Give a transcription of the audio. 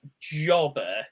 Jobber